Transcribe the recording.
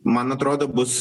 man atrodo bus